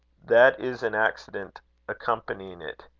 that is an accident accompanying it,